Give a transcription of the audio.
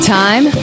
time